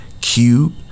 cute